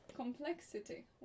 Complexity